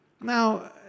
Now